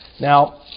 Now